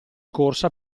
corsa